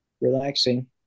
relaxing